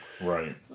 Right